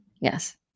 Yes